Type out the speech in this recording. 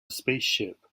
spaceship